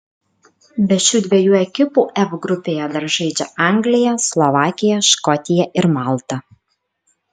be šių dviejų ekipų f grupėje dar žaidžia anglija slovakija škotija ir malta